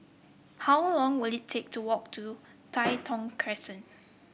how long will it take to walk to Tai Thong Crescent